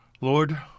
Lord